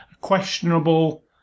questionable